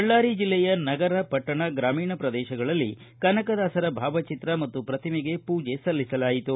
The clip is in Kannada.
ಬಳ್ಳಾರಿ ಜಿಲ್ಲೆಯ ನಗರ ಪಟ್ಟಣ ಗ್ರಾಮೀಣ ಪ್ರದೇಶದಲ್ಲಿ ಕನಕದಾಸರ ಭಾವಚತ್ರ ಮತ್ತು ಶ್ರತಿಮೆಗೆ ಪೂಜೆ ಸಲ್ಲಿಸಲಾಯಿತು